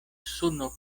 suno